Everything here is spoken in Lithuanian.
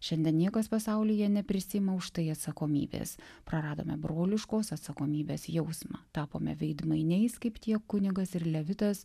šiandien niekas pasaulyje neprisiima už tai atsakomybės praradome broliškos atsakomybės jausmą tapome veidmainiais kaip tie kunigas ir levitas